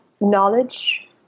knowledge